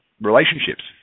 Relationships